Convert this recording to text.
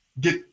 get